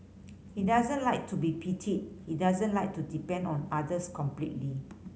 he doesn't like to be pitied he doesn't like to depend on others completely